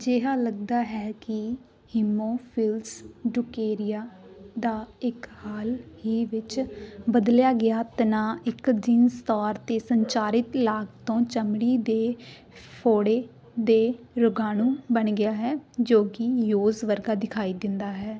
ਅਜਿਹਾ ਲਗਦਾ ਹੈ ਕਿ ਹੀਮੋਫਿਲਸ ਡੂਕਰੇਈ ਦਾ ਇੱਕ ਹਾਲ ਹੀ ਵਿੱਚ ਬਦਲਿਆ ਗਿਆ ਤਣਾਅ ਇੱਕ ਜਿਨਸੀ ਤੌਰ 'ਤੇ ਸੰਚਾਰਿਤ ਲਾਗ ਤੋਂ ਚਮੜੀ ਦੇ ਫੋੜੇ ਦੇ ਰੋਗਾਣੂ ਬਣ ਗਿਆ ਹੈ ਜੋ ਕਿ ਯੌਜ਼ ਵਰਗਾ ਦਿਖਾਈ ਦਿੰਦਾ ਹੈ